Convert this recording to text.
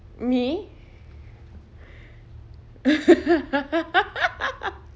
me